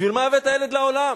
בשביל מה הבאת ילד לעולם?